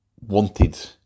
wanted